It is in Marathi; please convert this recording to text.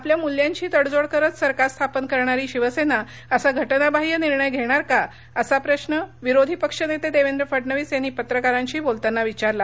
आपल्या मूल्याशी तडजोड करत सरकार स्थापन करणारी शिवसेना असा घटनाबाह्य निर्णय घेणार का असा प्रश्न विरोधी पक्षनेते देवेंद्र फडणवीस यांनी पत्रकारांशी बोलताना विचारला